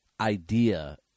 idea